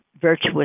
virtuous